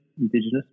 Indigenous